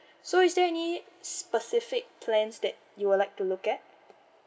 so is there any specific plans that you would like to look at